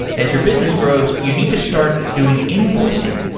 as your business grows, you need to start doing invoicing,